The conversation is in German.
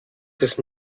des